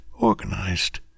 organized